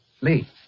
Lee